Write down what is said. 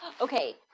okay